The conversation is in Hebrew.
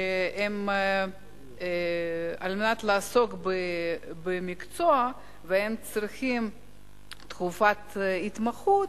שעל מנת לעסוק במקצועם צריכים תקופת התמחות,